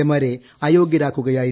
എമാരെ അയോഗൃരാക്കുകയായിരുന്നു